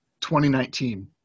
2019